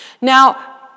Now